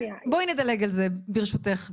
בואי נדלג על זה ברשותך.